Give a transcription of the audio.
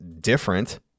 different